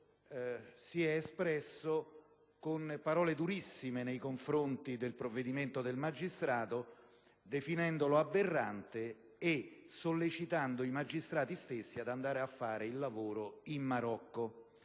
si è espresso con parole durissime nei confronti del provvedimento del magistrato, definendolo aberrante e sollecitando i magistrati stessi ad andare a fare il loro lavoro in Marocco.